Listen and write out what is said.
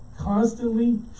constantly